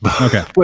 Okay